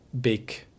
big